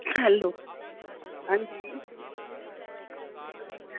hello हां जी